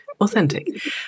authentic